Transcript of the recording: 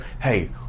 hey